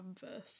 canvas